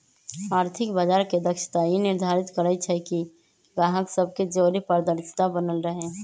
आर्थिक बजार के दक्षता ई निर्धारित करइ छइ कि गाहक सभ के जओरे पारदर्शिता बनल रहे